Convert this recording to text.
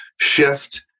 shift